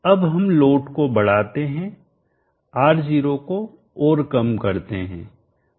अब हम लोड को बढ़ाते हैं R0 को और कम करते हैं